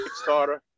Kickstarter